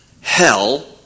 hell